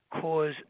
cause